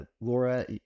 Laura